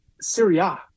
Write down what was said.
Syria